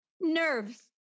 Nerves